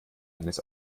eines